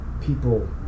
people